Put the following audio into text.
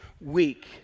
weak